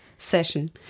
session